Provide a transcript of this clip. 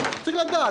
צריך לדעת.